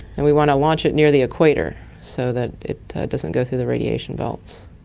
and we want to launch it near the equator so that it doesn't go through the radiation belts.